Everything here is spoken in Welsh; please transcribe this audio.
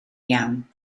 iawn